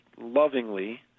lovingly